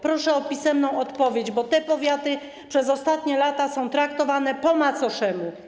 Proszę o pisemną odpowiedź, bo te powiaty przez ostatnie lata są traktowane po macoszemu.